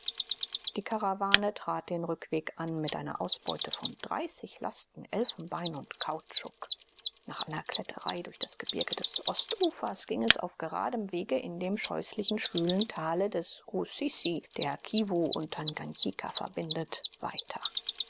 die karawane trat den rückweg an mit einer ausbeute von dreißig lasten elfenbein und kautschuk nach einer kletterei durch das gebirge des ostufers ging es auf geradem wege in dem scheußlich schwülen tale des russissi der kiwu und tanganjika verbindet weiter